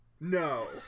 no